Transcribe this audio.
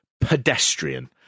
pedestrian